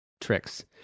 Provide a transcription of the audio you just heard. tricks